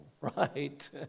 right